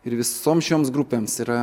ir visoms šioms grupėms yra